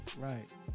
Right